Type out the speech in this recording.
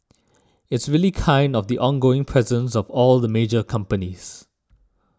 it's really kind of the ongoing presence of all the major companies